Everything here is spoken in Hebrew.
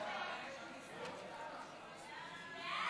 ההצעה להעביר את הצעת חוק השידור הציבורי הישראלי (תיקון